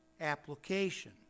application